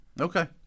Okay